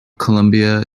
colombia